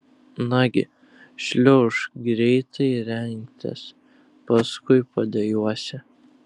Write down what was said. nagi šliaužk greitai rengtis paskui padejuosi